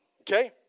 okay